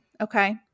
Okay